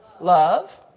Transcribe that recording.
Love